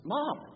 Mom